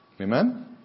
Amen